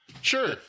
Sure